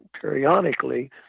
periodically